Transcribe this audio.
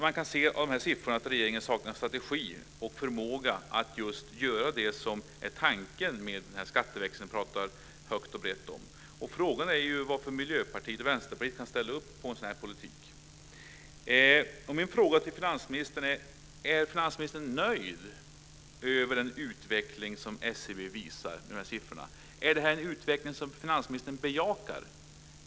Man kan av dessa siffror se att regeringen saknar strategi och förmåga att göra just det som är tanken med skatteväxlingen man pratar högt och brett om. Frågan är varför Miljöpartiet och Vänsterpartiet kan ställa upp på en sådan politik. Min fråga till finansministern är: Är finansministern nöjd med den utveckling som SCB:s siffror visar? Är det en utveckling som finansministern bejakar?